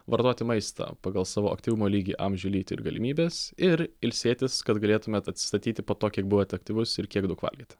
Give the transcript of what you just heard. vartoti maistą pagal savo aktyvumo lygį amžių lytį ir galimybes ir ilsėtis kad galėtumėt atsistatyti po to kiek buvote aktyvus ir kiek daug valgėt